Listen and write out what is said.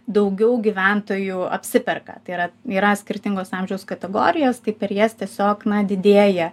daugiau gyventojų apsiperka tai yra yra skirtingos amžiaus kategorijos tai per jas tiesiog na didėja